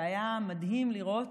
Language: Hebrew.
זה היה מדהים לראות,